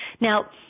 Now